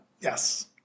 Yes